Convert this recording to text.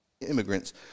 immigrants